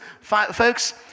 folks